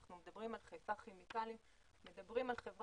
אנחנו מדברים על חיפה כימיקלים,